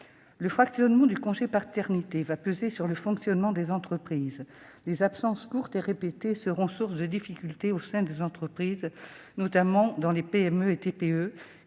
Le fractionnement du congé paternité pèsera sur le fonctionnement des entreprises. Les absences courtes et répétées seront source de difficultés au sein des entreprises, notamment dans les PME et TPE,